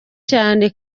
cyane